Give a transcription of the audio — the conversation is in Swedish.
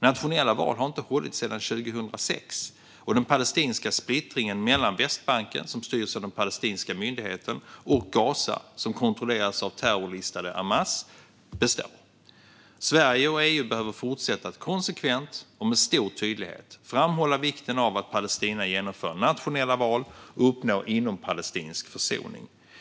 Nationella val har inte hållits sedan 2006, och den palestinska splittringen mellan Västbanken, som styrs av den palestinska myndigheten, och Gaza, som kontrolleras av terrorlistade Hamas, består. Sverige och EU behöver fortsätta att konsekvent och med stor tydlighet framhålla vikten av att Palestina genomför nationella val och uppnår inompalestinsk försoning.